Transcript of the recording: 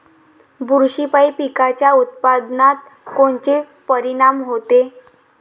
बुरशीपायी पिकाच्या उत्पादनात कोनचे परीनाम होते?